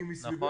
מי מסביבו,